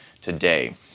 today